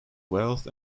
wealth